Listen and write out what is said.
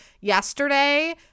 yesterday